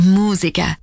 musica